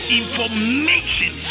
information